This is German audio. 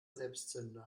selbstzünder